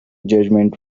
judgment